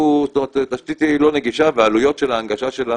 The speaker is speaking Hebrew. תשתית לא נגישה והעלויות של ההנגשה שלה